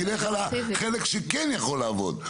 תלך על החלק שכן יכול לעבוד.